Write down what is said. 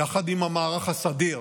יחד עם המערך הסדיר,